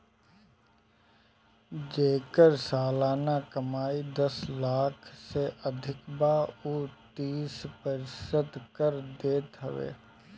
जेकर सलाना कमाई दस लाख से अधिका बा उ तीस प्रतिशत कर देत हवे